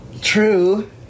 True